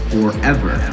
Forever